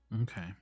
Okay